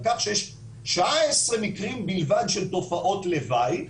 על כך שיש 19 מקרים בלבד של תופעות לוואי,